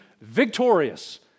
victorious